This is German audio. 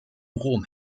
rom